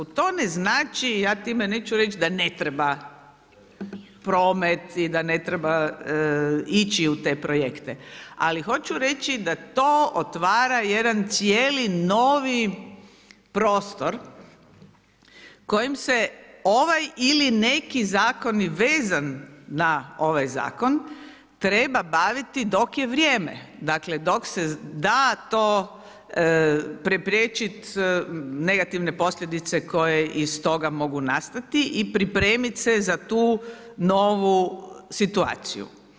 To ne znači, ja time neću reći da ne treba promet i da ne treba ići u te projekte, ali hoću reći da to otvara jedan cijeli novi prostor kojem se ovaj ili neki zakoni vezan na ovaj zakon treba baviti dok je vrijeme, dakle dok se da to prepriječiti negativne posljedice koje iz toga mogu nastati i pripremit se za tu novu situaciju.